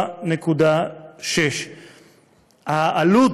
4.6. העלות,